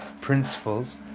principles